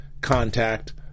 contact